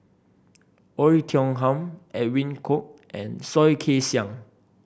Oei Tiong Ham Edwin Koek and Soh Kay Siang